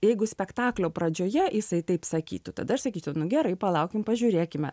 jeigu spektaklio pradžioje jisai taip sakytų tada aš sakytiau nu gerai palaukim pažiūrėkime